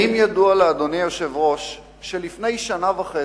האם ידוע לאדוני היושב-ראש שלפני שנה וחצי,